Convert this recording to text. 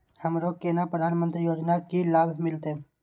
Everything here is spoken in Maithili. हमरो केना प्रधानमंत्री योजना की लाभ मिलते?